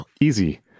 easy